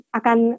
akan